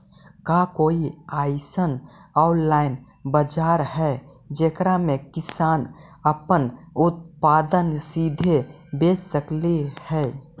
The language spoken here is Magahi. का कोई अइसन ऑनलाइन बाजार हई जेकरा में किसान अपन उत्पादन सीधे बेच सक हई?